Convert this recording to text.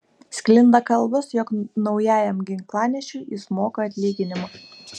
sklinda kalbos jog naujajam ginklanešiui jis moka atlyginimą